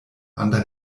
under